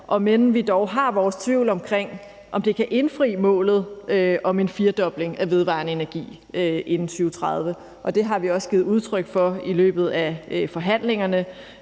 end vi dog har vores tvivl, i forhold til om vi med det kan indfri målet om en firdobling af mængden af vedvarende energi inden 2030. Det har vi også givet udtryk for i løbet af forhandlingerne,